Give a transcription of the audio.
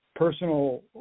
personal